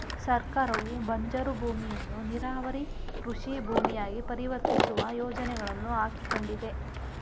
ಸರ್ಕಾರವು ಬಂಜರು ಭೂಮಿಯನ್ನು ನೀರಾವರಿ ಕೃಷಿ ಭೂಮಿಯಾಗಿ ಪರಿವರ್ತಿಸುವ ಯೋಜನೆಗಳನ್ನು ಹಾಕಿಕೊಂಡಿದೆ